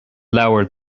leabhar